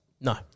No